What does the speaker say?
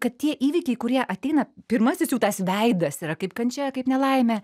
kad tie įvykiai kurie ateina pirmasis jų tas veidas yra kaip kančia kaip nelaimė